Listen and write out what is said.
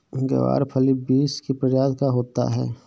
ग्वारफली बींस की प्रजाति का होता है